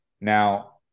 Now